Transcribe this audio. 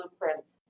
blueprints